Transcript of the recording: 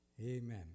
Amen